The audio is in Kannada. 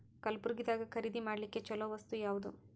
ಕಲಬುರ್ಗಿದಾಗ ಖರೀದಿ ಮಾಡ್ಲಿಕ್ಕಿ ಚಲೋ ವಸ್ತು ಯಾವಾದು?